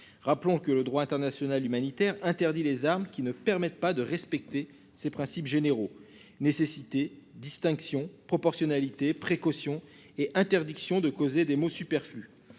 rappelons que le droit international humanitaire interdit les armes qui ne permettent pas de respecter ces principes généraux nécessité distinction proportionnalité précaution et interdiction de causer des maux superflus.